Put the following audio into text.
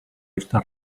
esta